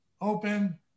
open